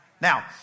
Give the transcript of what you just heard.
Now